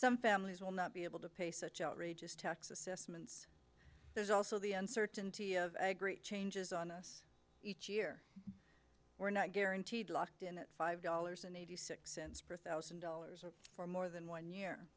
some families will not be able to pay such outrageous tax assessments there's also the uncertainty of agri changes on us each year we're not guaranteed locked in at five dollars and eighty six cents per thousand dollars or for more than one year